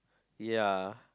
ya